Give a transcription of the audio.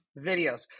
videos